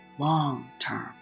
long-term